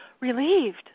relieved